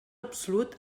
absolut